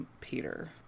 peter